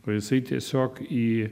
o jisai tiesiog į